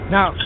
Now